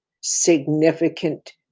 significant